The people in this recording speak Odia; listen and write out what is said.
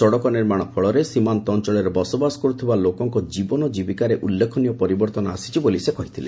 ସଡ଼କ ନିର୍ମାଣ ଫଳରେ ସୀମାନ୍ତ ଅଞ୍ଚଳରେ ବସବାସ କରୁଥିବା ଲୋକଙ୍କ ଜୀବନଜୀବିକାରେ ଉଲ୍ଲେଖନୀୟ ପରିବର୍ତ୍ତନ ଆସିଛି ବୋଲି ସେ କହିଥିଲେ